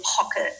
pocket